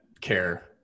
care